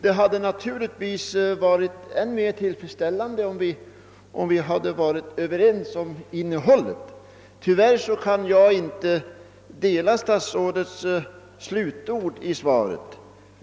Det hade naturligtvis varit mera tillfredsställande om vi hade varit överens om innehållet. Tyvärr kan jag inte dela den uppfattning som statsrådet uttrycker i svarets slutord.